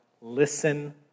listen